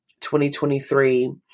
2023